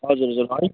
हजुर हजुर